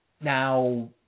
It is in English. Now